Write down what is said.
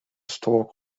stalk